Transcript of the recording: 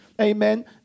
Amen